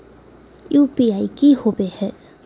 UPI की होवे है?